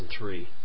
2003